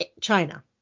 China